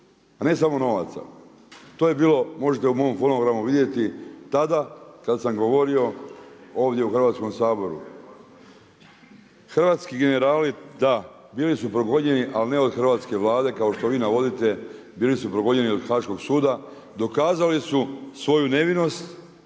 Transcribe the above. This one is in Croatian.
a ne samo novaca. To je bilo možete u mom fonogramu vidjeti tada kada sam govorio ovdje u Hrvatskom saboru. Hrvatski generali da, bili su progonjeni ali ne od hrvatske vlade kao što vi navodite, bili su progonjeni od haaškog suda, dokazali su svoju nevinost,